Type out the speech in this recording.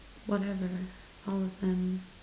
whatever all of them